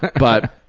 but